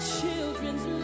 children's